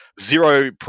zero